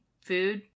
food